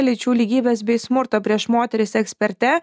lyčių lygybės bei smurto prieš moteris eksperte